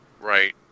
Right